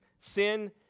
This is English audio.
sin